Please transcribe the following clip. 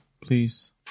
please